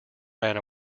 ran